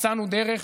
מצאנו דרך,